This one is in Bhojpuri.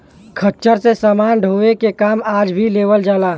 खच्चर से समान ढोवे के काम आज भी लेवल जाला